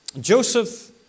Joseph